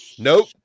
Nope